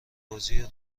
بازی